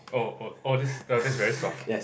oh oh oh this that's very soft